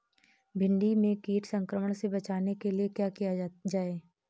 भिंडी में कीट संक्रमण से बचाने के लिए क्या किया जाए?